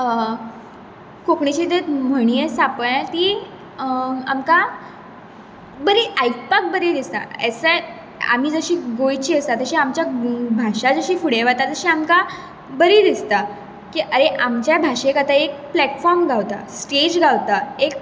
कोंकणीचे जे म्हणी आसा पळय ती आमकां बरी आयकपाक बरी दिसता आमी जशीं गोंयचीं आसा तशी आमची भाशा जशीं फुडें वता तशी आमकां बरी दिसता की आरे आमच्या भाशेक आतां एक प्लेटफोर्म गावता स्टेज गावता एक